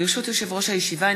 ברשות יושב-ראש הישיבה,